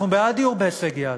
אנחנו בעד דיור בהישג יד,